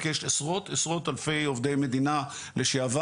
כי יש עשרות אלפי עובדי מדינה לשעבר